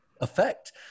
effect